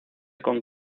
con